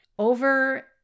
over